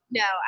no